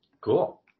Cool